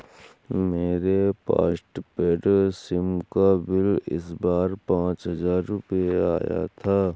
मेरे postpaid SIM का bill इस बार पाँच हजार रुपए आया था